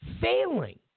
failing